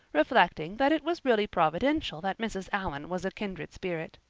reflecting that it was really providential that mrs. allan was a kindred spirit.